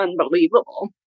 unbelievable